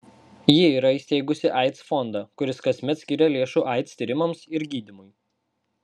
ji yra įsteigusi aids fondą kuris kasmet skiria lėšų aids tyrimams ir gydymui